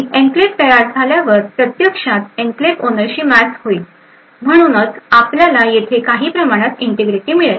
enclave तयार झाल्यावर प्रत्यक्षात एन्क्लेव्ह ओनरशी मॅच होईल म्हणूनच आपल्याला येथे काही प्रमाणात इंटिग्रिटी मिळेल